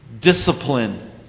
discipline